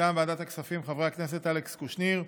מטעם ועדת הכספים, חברי הכנסת אלכס קושניר,